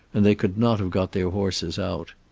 and they could not have got their horses out.